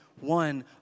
one